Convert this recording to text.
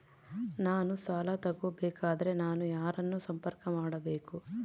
ನಾನು ಸಾಲ ತಗೋಬೇಕಾದರೆ ನಾನು ಯಾರನ್ನು ಸಂಪರ್ಕ ಮಾಡಬೇಕು?